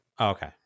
Okay